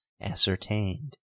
ascertained